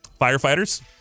Firefighters